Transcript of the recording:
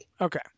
Okay